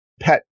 pet